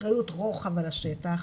אחריות רוחב על השטח,